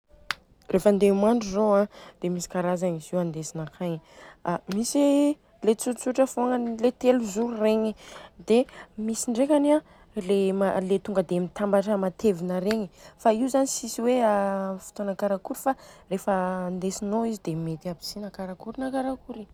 Rehefa handeha mandro zô an dia misy karazagna izy io andesina akagny a. Misy i le tsotsotra fogna le telo zoro regny. Dia misy ndrekany an le tonga dia mitambatra matevina regny. Fa io zany tsisy hoe amin'ny fotoana karakory fa rehefa indesinô izy dia mety aby si na karakory na karakory.